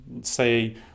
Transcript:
say